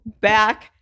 back